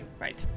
Right